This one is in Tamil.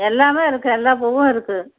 எல்லாமே இருக்கு எல்லா பூவும் இருக்கு